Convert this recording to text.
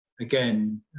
again